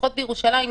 לפחות בירושלים,